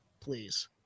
please